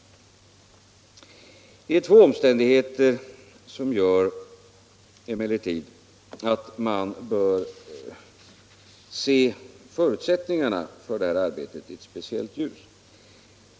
Det är emellertid två omständigheter som gör att man bör se på förutsättningarna för detta arbete i ett speciellt ljus.